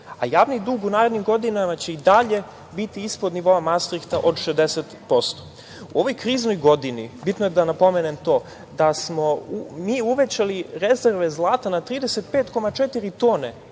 a javni dug u narednim godinama će i dalje biti ispod nivoa mastrihta od 60%.U ovoj kriznoj godini, bitno je da napomenem to, smo mi uvećali rezerve zlata na 35,4 tone,